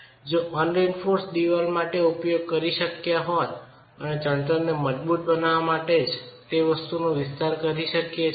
જેનો અનરેન્ફોર્સમેન્ટ ચણતર માટે ઉપયોગ કરી શક્યા હોત અને ચણતરને મજબુત બનાવવા માટે તે જ વસ્તુનો વિસ્તાર કરી શકીએ છીએ